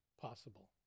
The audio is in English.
possible